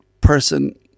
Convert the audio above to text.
person